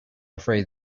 afraid